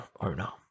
owner